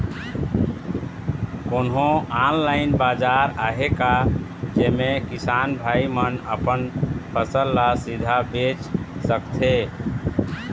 कोन्हो ऑनलाइन बाजार आहे का जेमे किसान भाई मन अपन फसल ला सीधा बेच सकथें?